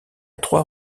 trois